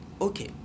Okay